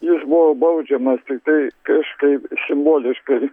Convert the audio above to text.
jis buvo baudžiamas tiktai kažkaip simboliškai